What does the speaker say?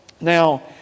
now